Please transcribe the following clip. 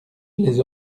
les